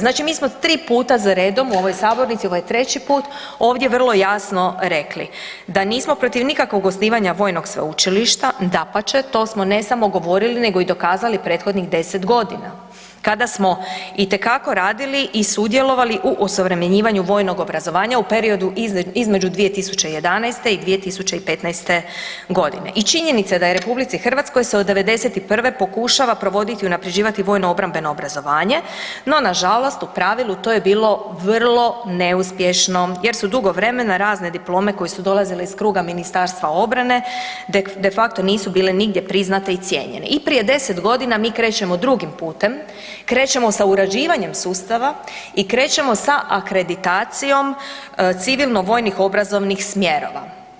Znači, mi smo tri puta za redom u ovoj sabornici, ovo je treći put, ovdje vrlo jasno rekli da nismo protiv nikakvog osnivanja vojnog sveučilišta, dapače, to smo ne samo govorili nego i dokazali prethodnih 10 g. kada smo itekako radili i sudjelovali o osuvremenjivanju vojnog obrazovanja u periodu između 2011. i 2015. godine i činjenica da je RH se od '91. pokušava provoditi i unaprjeđivati vojno-obrambeno obrazovanje no nažalost, u pravilu to je bilo vrlo neuspješno jer su dugo vremena razne diplome koje su dolazile iz kruga Ministarstva obrane, de facto nisu bile nigdje priznate i cijenjene i prije 10 g. mi krećemo drugim putem, krećemo sa uređivanjem sustava i krećemo sa akreditacijom civilno-vojnih obrazovnih smjerova.